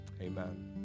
amen